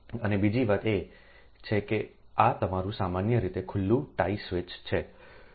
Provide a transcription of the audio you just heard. અને બીજી વાત એ છે કે આ તમારું સામાન્ય રીતે ખુલ્લું ટાઇ સ્વિચ છે